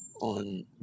on